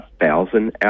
thousand